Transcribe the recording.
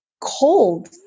cold